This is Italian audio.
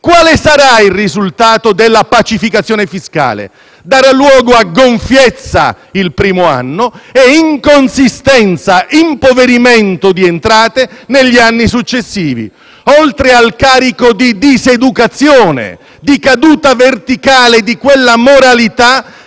Quale sarà il risultato della pacificazione fiscale? Darà luogo a gonfiezza il primo anno e inconsistenza, impoverimento di entrate negli anni successivi, oltre al carico di diseducazione, di caduta verticale di quella moralità